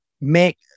make